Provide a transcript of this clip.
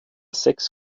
sechs